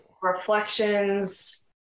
reflections